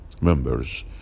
members